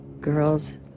girls